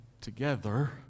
together